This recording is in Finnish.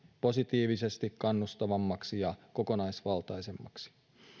positiivisesti kannustavammaksi ja kokonaisvaltaisemmaksi